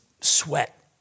sweat